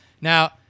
Now